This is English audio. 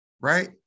right